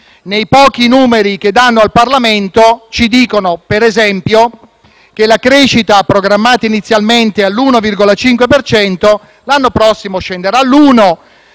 nei pochi numeri che danno al Parlamento, ci dicono per esempio che la crescita, programmata inizialmente all'1,5 per cento, l'anno prossimo scenderà all'1